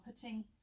putting